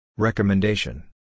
Recommendation